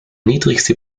niedrigste